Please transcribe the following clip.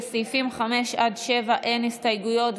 לסעיפים 5 7 אין הסתייגויות,